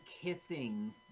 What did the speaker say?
kissing